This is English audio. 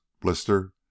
blister